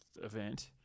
event